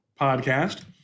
podcast